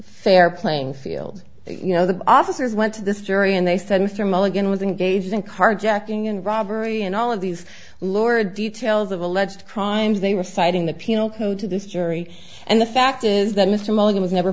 fair playing field you know the officers went to this jury and they said mr mulligan was engaged in carjacking and robbery and all of these lord details of alleged crimes they were citing the penal code to this jury and the fact is that mr mulligan was never